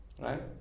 right